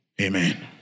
Amen